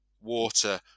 water